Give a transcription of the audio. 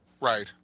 Right